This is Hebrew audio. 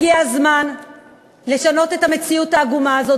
הגיע הזמן לשנות את המציאות העגומה הזאת,